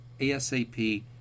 ASAP